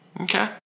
Okay